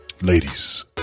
ladies